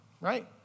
right